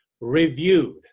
reviewed